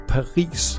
Paris